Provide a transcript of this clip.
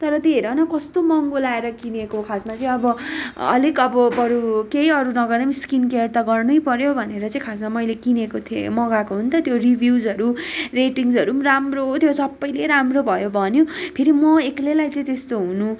तर त्यो हेर न कस्तो महँगो लगाएर किनेको खासमा चाहिँ अब अलिक अब बरू केही अरू नगरे पनि स्किन केयर त गर्नैपऱ्यो भनेर चाहिँ खासमा मैले किनेको थिएँ मगाएको हो नि त त्यो रिभ्युजहरू रेटिङस्हरू पनि राम्रो थियो सबैले राम्रो भयो भन्यो फेरि म एक्लैलाई चाहिँ त्यस्तो हुनु